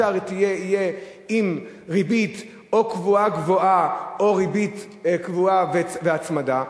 והשאר יהיה עם ריבית או קבועה גבוהה או ריבית קבועה והצמדה,